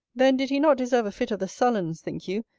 then did he not deserve a fit of the sullens, think you,